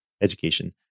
education